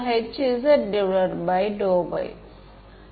அவற்றை நான் எவ்வாறு மறுவரையறை செய்தேன்